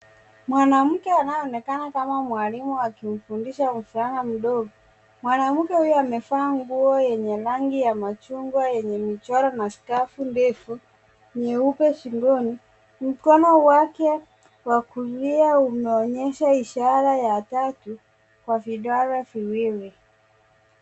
Mwanamke anayeonekana kama mwalimu akimfundisha mvulana mdogo. Mwanamke huyo amevaa nguo yenye rangi ya machungwa yenye michoro na skafu ndefu nyeupe shingoni. Mkono wake wa kulia umeonyesha ishara ya tatu kwa vidole viwili.